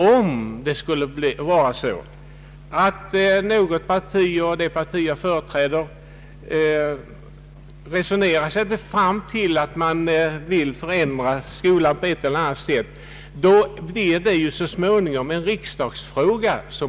Om något parti — kanske det parti jag företräder — resonerar sig fram till att man på ett eller annat sätt vill förändra skolan, blir det så småningom en riksdagsfråga.